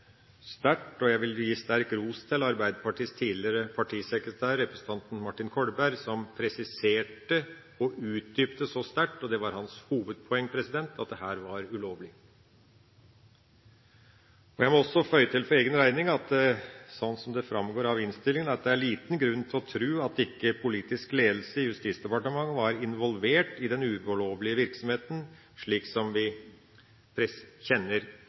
sterkt – og det var hans hovedpoeng – at dette var ulovlig. Jeg må også føye til for egen regning at sånn som det framgår av innstillinga, er det liten grunn til å tro at ikke politisk ledelse i Justisdepartementet var involvert i den ulovlige virksomheten, slik som vi